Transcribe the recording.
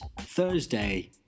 Thursday